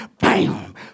Bam